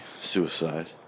suicide